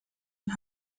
and